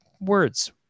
words